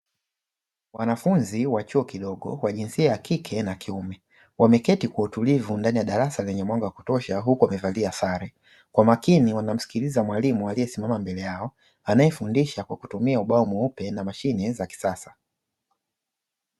Wanafunzi wa chuo kidogo wa jinsia ya kike na kiume, wameketi kwa utulivu ndani ya darasa lenye mwanga wa kutosha, huku wamevalia sare, kwa makini wanamsikiliza mwalimu aliyesimama mbele yao, anayefundisha kwa kutumia ubao mweupe na mashine za kisasa.